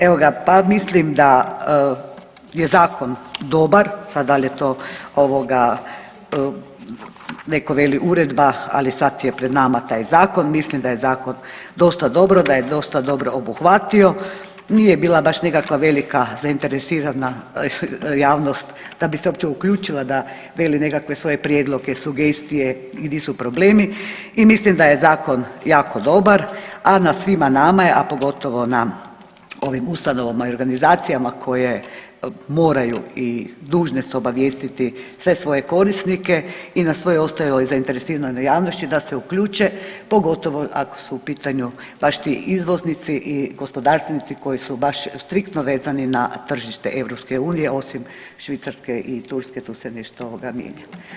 Evo ga, pa mislim da je Zakon dobar, sad, da li je to ovoga, neko veli uredba, ali sad je pred nama taj Zakon, mislim da je Zakon dosta dobro, da je dosta dobro obuhvatio, nije bila baš nekakva velika zainteresirana javnost da bi se uopće uključila da veli nekakve svoje prijedloge, sugestije i di su problemi i mislim da je Zakon jako dobar, a na svima nama je, a pogotovo na ovim ustanovama i organizacijama koje moraju u dužne su obavijestiti sve svoje korisnike i na svoje ostale zainteresirane javnošću da se uključe, pogotovo ako su u pitanju baš ti izvoznici i gospodarstvenici koji su baš striktno vezani na tržište EU, osim Švicarske i Turske, tu se nešto, ovoga, mijenja.